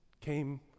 came